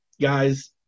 guys